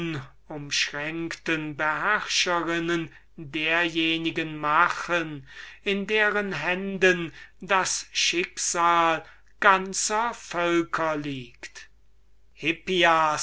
unumschränkten beherrscherinnen derjenigen machen in deren händen das schicksal ganzer völker liegt